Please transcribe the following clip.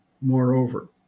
Moreover